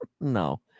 no